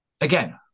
Again